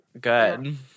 Good